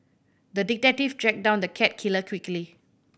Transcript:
the detective tracked down the cat killer quickly